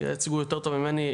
ייצגו יותר טוב ממני,